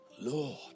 Lord